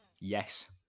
yes